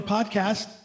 Podcast